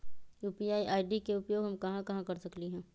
UPI ID के उपयोग हम कहां कहां कर सकली ह?